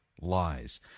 lies